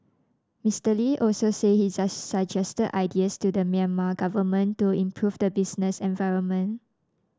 Mister Lee also said he suggested ideas to the Myanmar government to improve the business environment